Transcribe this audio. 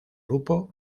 grupo